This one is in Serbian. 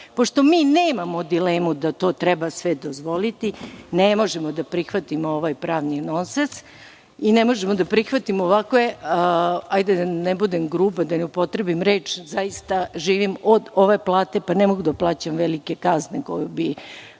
štete. Pošto mi nemamo dilemu da to treba sve dozvoliti, ne možemo da prihvatimo ovaj pravni nonsens i ne možemo da prihvatimo ovakve, hajde da ne budem gruba, da ne upotrebim reč, zaista živim od ove plate, pa ne mogu da plaćam velike kazne koje bi